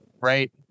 right